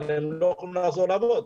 אבל הם לא יכולים לחזור לעבוד,